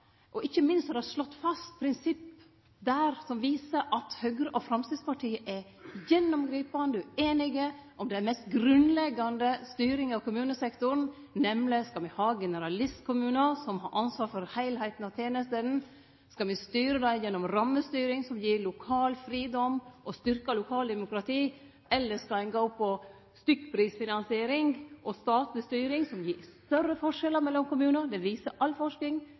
Ikkje minst er det slått fast prinsipp der som viser at Høgre og Framstegspartiet er gjennomgripande ueinige om det mest grunnleggjande i styringa av kommunesektoren, nemleg om me skal ha generalistkommunar som har ansvar for heilskapen av tenestene, om me skal styre dei gjennom rammestyring som gir lokal fridom og styrkjer lokaldemokratiet, eller om me skal gå for stykkprisfinansiering og statleg styring som gir større forskjellar mellom kommunane – all forsking